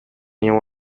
него